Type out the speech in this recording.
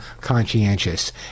conscientious